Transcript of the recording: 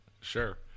Sure